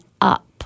up